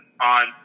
on